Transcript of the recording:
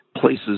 places